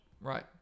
Right